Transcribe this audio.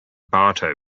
bartow